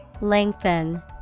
Lengthen